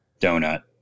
donut